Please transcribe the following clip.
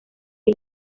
que